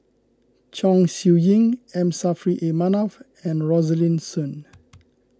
Chong Siew Ying M Saffri A Manaf and Rosaline Soon